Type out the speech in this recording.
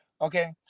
okay